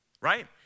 right